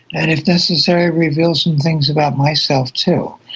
and if necessary reveal some things about myself too.